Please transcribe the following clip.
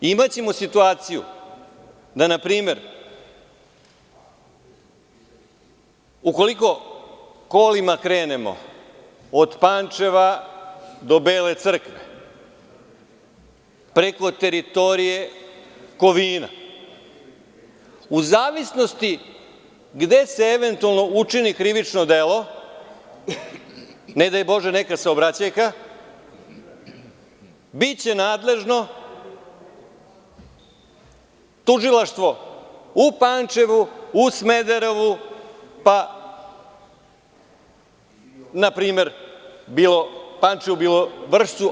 Imaćemo situaciju da, na primer, ukoliko kolima krenemo od Pančeva do Bele Crkve, preko teritorije Kovina, u zavisnosti gde se eventualno učini krivično delo, ne daj bože neka saobraćajka, biće nadležno tužilaštvo u Pančevu, u Smederevu, pa na primer, bilo Pančevu, bilo Vršcu.